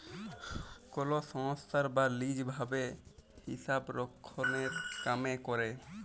call সংস্থায় বা lease ভাবে হিসাবরক্ষলের কামে ক্যরে